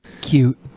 Cute